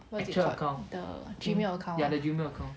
the gmail account ah